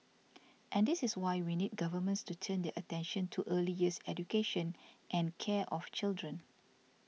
and this is why we need governments to turn their attention to early years education and care of children